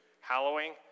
Hallowing